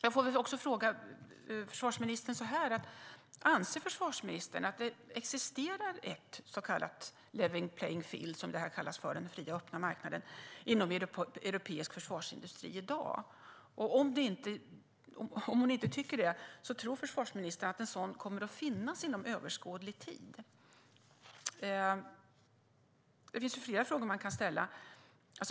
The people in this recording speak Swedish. Jag vill fråga försvarsministern: Anser försvarsministern att det existerar ett så kallat level playing field - en fri, öppen marknad - inom europeisk försvarsindustri i dag? Om inte, tror försvarsministern att en sådan kommer att finnas inom överskådlig tid?